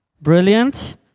Brilliant